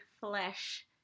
flesh